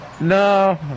No